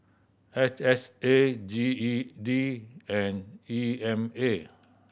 H S A G E D and E M A